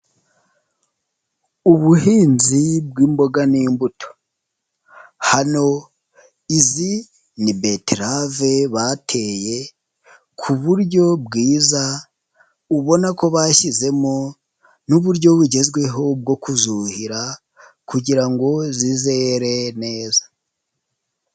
Ubuhinzi bw'imboga n'imbuto, hano izi ni betarave bateye ku buryo bwiza ubona ko bashyizemo n'uburyo bugezweho bwo kuzuhira kugira ngo zizere neza.